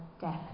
death